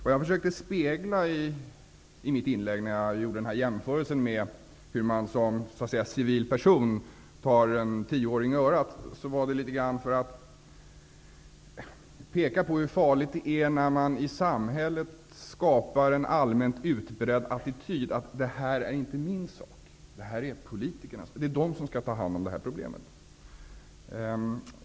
I jämförelsen, som jag gjorde i mitt inlägg, om att som civil person ta en tioåring i örat, försökte jag spegla hur farligt det är när man i samhället skapar en allmänt utbredd attityd som innebär: det här är inte min sak; det är politikerna som skall ta hand om problemet.